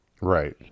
Right